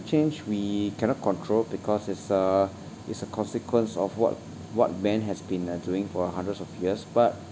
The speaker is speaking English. change we cannot control because it's uh it's a consequence of what what men has been uh doing for a hundreds of years but